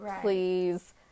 please